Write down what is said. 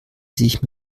sich